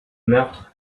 meurtre